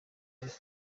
ariko